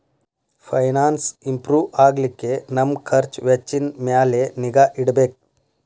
finance improve ಆಗ್ಲಿಕ್ಕೆ ನಮ್ ಖರ್ಛ್ ವೆಚ್ಚಿನ್ ಮ್ಯಾಲೆ ನಿಗಾ ಇಡ್ಬೆಕ್